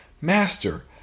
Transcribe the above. Master